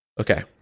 Okay